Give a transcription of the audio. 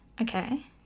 Okay